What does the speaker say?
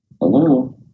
hello